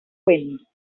wind